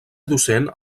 docent